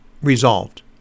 resolved